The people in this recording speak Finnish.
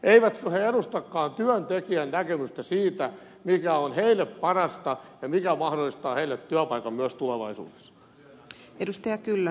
eivätkö ne edustakaan työntekijöiden näkemystä siitä mikä on heille parasta ja mikä mahdollistaa heille työpaikan myös tulevaisuudessa